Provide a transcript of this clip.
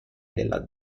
nella